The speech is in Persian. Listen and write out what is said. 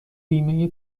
بیمه